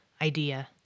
idea